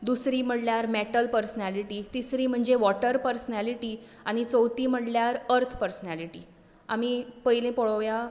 दुसरी म्हणळ्यार metal personality तिसरी म्हणजे वॉटर पर्सनेलिटी आनी चवथी म्हणल्यार अर्थ पर्सनेलिटी आमी पयलें पळोवया